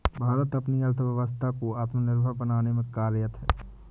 भारत अपनी अर्थव्यवस्था को आत्मनिर्भर बनाने में कार्यरत है